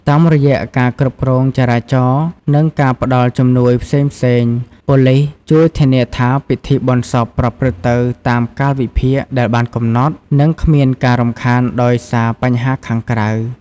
តាមរយៈការគ្រប់គ្រងចរាចរណ៍ និងការផ្តល់ជំនួយផ្សេងៗ ប៉ូលីសជួយធានាថាពិធីបុណ្យសពប្រព្រឹត្តទៅតាមកាលវិភាគដែលបានកំណត់ និងគ្មានការរំខានដោយសារបញ្ហាខាងក្រៅ។